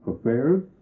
affairs